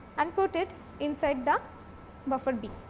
and put it inside the buffer b.